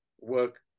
work